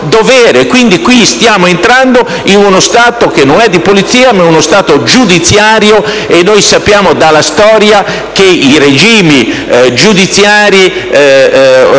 dovere. Stiamo entrando in uno Stato che non è di polizia ma giudiziario, e noi sappiamo dalla storia che i regimi giudiziari,